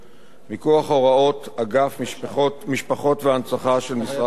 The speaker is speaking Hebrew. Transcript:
מכוח הוראות אגף משפחות והנצחה של משרד הביטחון.